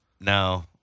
No